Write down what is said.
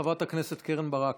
חברת הכנסת קרן ברק,